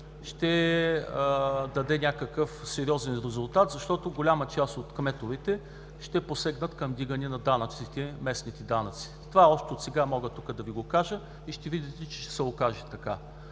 ще даде някакъв сериозен резултат. Голяма част от кметовете ще посегнат към вдигането на местните данъци. Това мога още отсега тук да Ви го кажа и ще видите, че ще се окаже така.